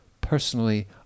personally